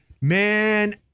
man